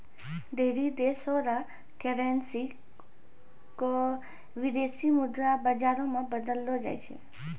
ढेरी देशो र करेन्सी क विदेशी मुद्रा बाजारो मे बदललो जाय छै